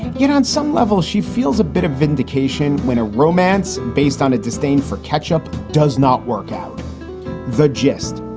you know, on some level, she feels a bit of vindication when a romance based on a disdain for ketchup does not work out the gist.